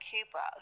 Cuba